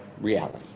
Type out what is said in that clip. reality